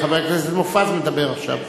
חבר הכנסת מופז מדבר עכשיו.